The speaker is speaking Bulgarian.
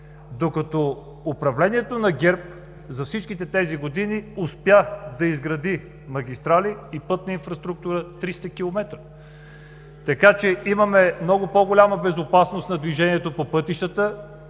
докато управлението на ГЕРБ за всичките тези години успя да изгради магистрали и пътна инфраструктура от 300 километра. Имаме много по-голяма безопасност на движението по пътищата,